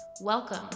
Welcome